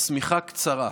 השמיכה קצרה.